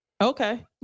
okay